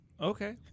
Okay